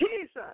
Jesus